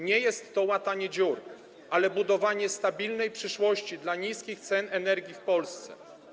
Nie jest to łatanie dziur, ale budowanie stabilnej przyszłości dla niskich cen energii w Polsce.